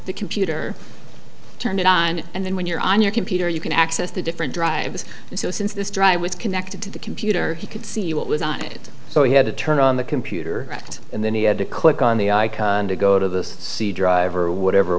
the computer turned it on and then when you're on your computer you can access the different drives so since this dry was connected to the computer he could see what was on it so he had to turn on the computer and then he had to click on the icon to go to the c drive or whatever